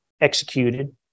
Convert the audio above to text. executed